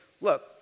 look